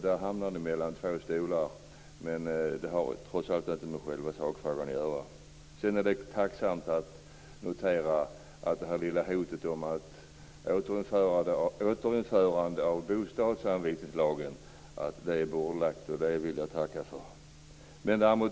Där hamnar ni mellan två stolar. Men det har inte med själva sakfrågan att göra. Det är tacksamt att notera att hotet om att återinföra bostadsanvisningslagen är bordlagt. Det tackar jag för.